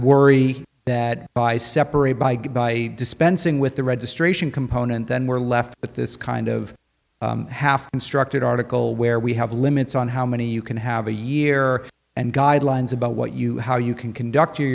worry that by separate bag by dispensing with the registration component then we're left with this kind of half constructed article where we have limits on how many you can have a year and guidelines about what you how you can conduct